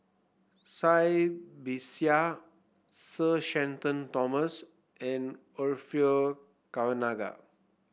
Cai Bixia Sir Shenton Thomas and Orfeur Cavenagh